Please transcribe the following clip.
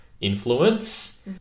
influence